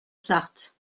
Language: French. sarthe